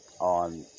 on